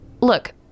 look